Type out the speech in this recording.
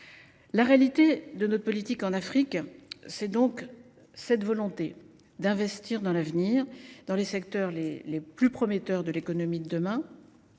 La réalité de notre politique en Afrique, c’est cette volonté d’investir dans l’avenir, dans les secteurs les plus prometteurs pour l’économie de demain.